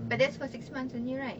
but that's for six months only right